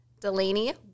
Delaney